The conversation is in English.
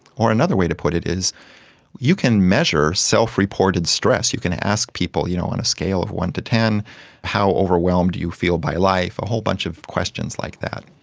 or another way to put it is you can measure self-reported stress, you can ask people, you know, on a scale of one to ten how overwhelmed do you feel by life, a whole bunch of questions like that.